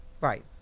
Right